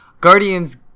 Guardians